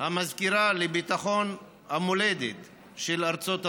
המזכירה לביטחון המולדת של ארצות הברית,